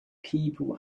people